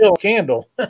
candle